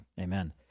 Amen